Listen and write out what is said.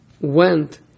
went